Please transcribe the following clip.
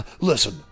listen